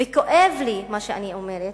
וכואב לי מה שאני אומרת,